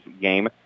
game